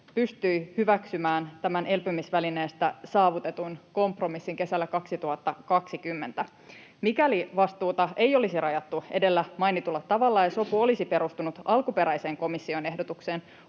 pystyi hyväksymään tämän elpymisvälineestä saavutetun kompromissin kesällä 2020. Mikäli vastuuta ei olisi rajattu edellä mainitulla tavalla ja sopu olisi perustunut alkuperäiseen komission ehdotukseen,